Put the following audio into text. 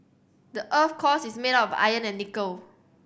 the earth core is made of iron and nickel